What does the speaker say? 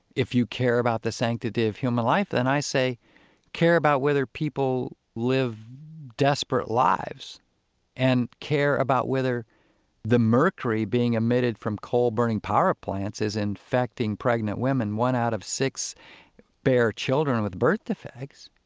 if you care about the sanctity of human life, then i say care about whether people live desperate lives and care about whether the mercury being emitted from coal-burning power plants is infecting pregnant women. one out of six bear children with birth defects.